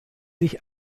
sich